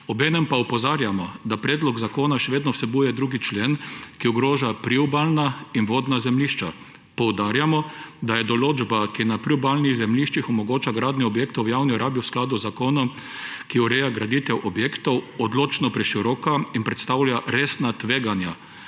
obenem pa opozarjamo, da predlog zakona še vedno vsebuje 2. člen, ki ogroža priobalna in vodna zemljišča. Poudarjamo, da je določba, ki na priobalnih zemljiščih omogoča gradnjo objektov v javni rabi v skladu z zakonom, ki ureja graditev objektov, odločno preširoka in prestavlja resna tveganja